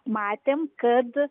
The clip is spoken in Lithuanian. matėm kad